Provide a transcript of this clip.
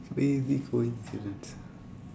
crazy coincidence